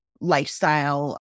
lifestyle